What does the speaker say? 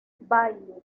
bailey